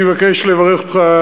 אני מבקש לברך אותך,